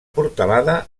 portalada